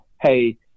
Hey